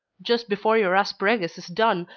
just before your asparagus is done,